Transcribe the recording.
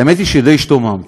האמת היא שדי השתוממתי,